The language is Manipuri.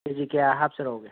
ꯀꯦꯖꯤ ꯀꯌꯥ ꯍꯥꯞꯆꯔꯛꯎꯒꯦ